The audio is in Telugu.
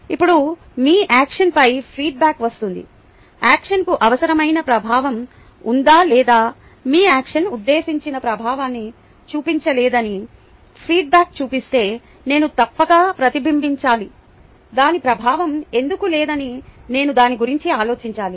ఇప్పుడు మీ యాక్షన్పై ఫీడ్బ్యాక్ వస్తుంది యాక్షన్కు అవసరమైన ప్రభావం ఉందా లేదా మీ యాక్షన్ ఉద్దేశించిన ప్రభావాన్ని చూపించలేదని ఫీడ్బ్యాక్ చూపిస్తే నేను తప్పక ప్రతిబింబించాలి దాని ప్రభావం ఎందుకు లేదని నేను దాని గురించి ఆలోచించాలి